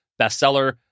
bestseller